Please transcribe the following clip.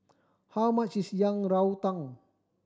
how much is Yang Rou Tang